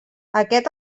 aquest